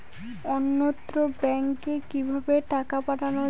অন্যত্র ব্যংকে কিভাবে টাকা পাঠানো য়ায়?